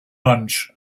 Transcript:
lunch